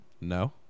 No